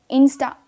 Insta